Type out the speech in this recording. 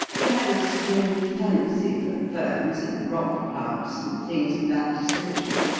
he had a strange fancy for ferns and rock plants and things of that description,